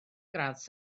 gradd